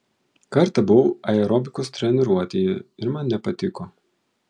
kartą buvau aerobikos treniruotėje ir man nepatiko